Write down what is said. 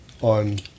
on